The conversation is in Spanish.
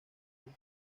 perú